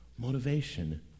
motivation